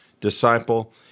disciple